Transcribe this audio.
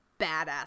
badass